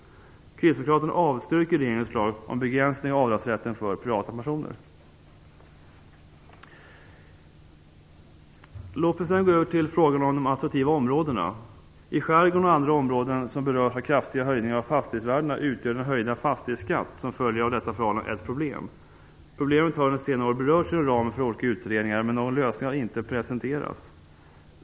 Kristdemokraterna avstyrker regeringens förslag om begränsning av avdragsrätten för privata pensioner. Låt mig sedan gå över till frågan om de attraktiva områdena. I skärgården och andra områden som berörs av kraftiga höjningar av fastighetsvärdena utgör den höjda fastighetsskatt som följer av detta förhållande ett problem. Problemet har under senare år berörts inom ramen för olika utredningar, men någon lösning har inte presenterats.